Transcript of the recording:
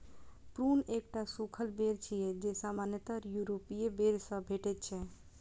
prune एकटा सूखल बेर छियै, जे सामान्यतः यूरोपीय बेर सं भेटै छै